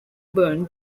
burn